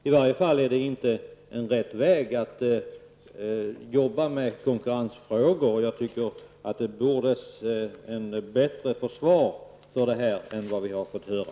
I varje fall är det inte rätt väg att arbeta med konkurrensfrågor. Jag tycker att det skulle behövas ett bättre försvar för detta än vad vi har fått höra.